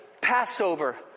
Passover